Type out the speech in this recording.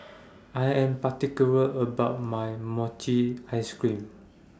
I Am particular about My Mochi Ice Cream